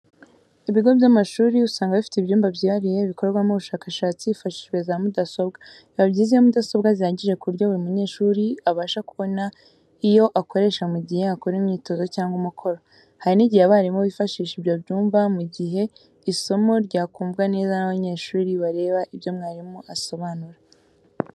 Ibigo by'amashuri usanga bifite ibyumba byihariye bikorerwamo ubushakashatsi hifashishijwe za mudasobwa. Biba byiza iyo mudasobwa zihagije ku buryo buri munyeshuri abasha kubona iyo akoresha mu gihe akora imyitozo cyangwa umukoro. Hari n'igihe abarimu bifashisha ibyo byumba mu gihe isomo ryakumvwa neza n'abanyeshuri bareba ibyo mwarimu asobanura.